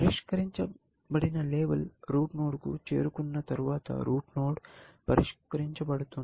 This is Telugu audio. పరిష్కరించబడిన లేబుల్ రూట్ నోడ్కు చేరుకున్న తర్వాత రూట్ నోడ్ పరిష్కరించబడుతుంది